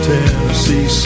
Tennessee